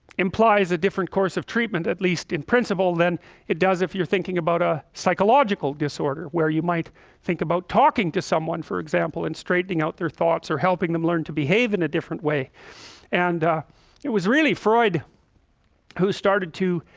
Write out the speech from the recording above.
implies a different course of treatment at least in principle then it does if you're thinking about a psychological disorder where you might think about talking to someone for example and straightening out their thoughts or helping them learn to behave in a different way and it was really freud who started to?